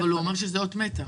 אבל הוא אמר שזה אות מתה.